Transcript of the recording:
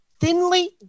thinly